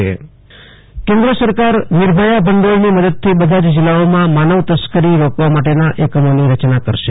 આશુતોષ અંતાણી કેન્દ્ર સરકાર નિર્ભયા ભંડોળ કેન્દ્ર સરકાર નિર્ભયા ભંડોળની મદદથી બધા જ જિલ્લાઓમાં માનવ તસ્કરી રોકવા માટેના એકમોની રચના કરશે